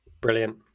Brilliant